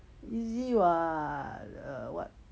easy [what] err what